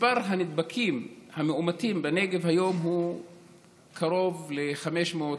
מספר הנדבקים המאומתים בנגב היום הוא קרוב ל-500,